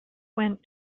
went